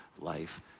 life